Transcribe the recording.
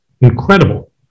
incredible